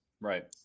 right